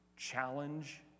Challenge